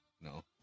no